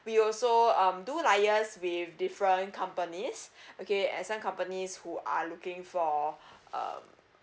we also um do liaise with different companies okay and some companies who are looking for um